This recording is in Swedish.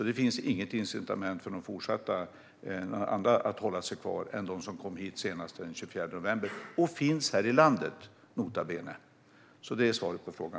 Det finns alltså inget incitament för andra att hålla sig kvar än de som kom hit senast den 24 november 2015 och, nota bene, finns här i landet. Det är svaret på frågan.